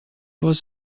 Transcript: was